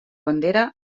bandera